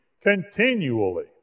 continually